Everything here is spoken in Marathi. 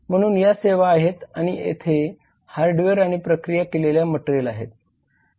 म्हणून या सेवा आहेत आणि तेथे हार्डवेअर आणि प्रक्रिया केलेल्या मटेरियल आहेत